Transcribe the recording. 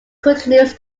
continues